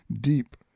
deep